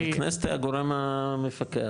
הכנסת הוא הגורם המפקח,